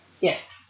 Yes